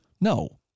no